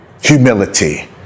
Humility